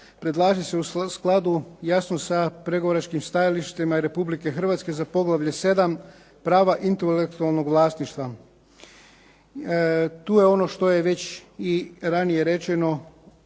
predlaže se u skladu jasno sa pregovaračkim stajalištima Republike Hrvatske za poglavlje 7 – Prava intelektualnog vlasništva. Tu je ono što je već i ranije rečeno.